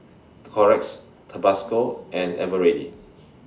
Xorex Tabasco and Eveready